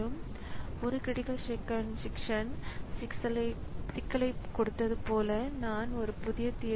எனவே இந்த நடவடிக்கை நிச்சயமாக ஆப்பரேட்டிங் ஸிஸ்டம் மற்றும் பயனாளர் ப்ரோக்ராமைப் பொறுத்து வேறுபட்டது ஆனால் இது ஒரு சிறப்பு நிலைமை